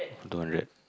two hundred